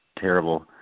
terrible